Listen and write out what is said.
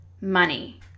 money